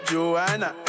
Joanna